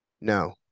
No